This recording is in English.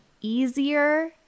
easier